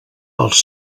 els